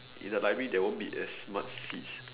in the library there won't be as much seats